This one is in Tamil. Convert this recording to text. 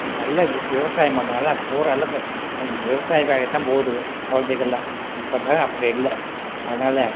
நல்ல விவசாயம் பண்ணனால் பூராக எல்லாம் விவசாய வேலைக்குதான் போகுது குழந்தைகள்லாம் இப்போதான் அப்படி இல்லை அதனால்